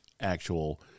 actual